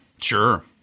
Sure